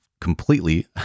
completely